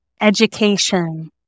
education